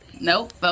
Nope